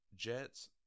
Jets